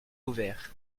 ouvert